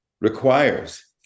Requires